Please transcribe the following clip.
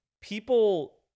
people